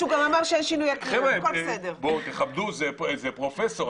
חבר'ה, תכבדו, זה פרופסור.